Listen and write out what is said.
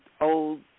old